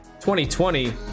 2020